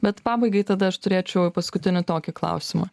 bet pabaigai tada aš turėčiau paskutinį tokį klausimą